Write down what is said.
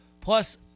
Plus